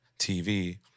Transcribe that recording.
TV